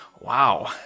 wow